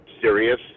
serious